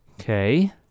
Okay